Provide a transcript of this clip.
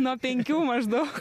nuo penkių maždaug